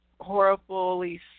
horribly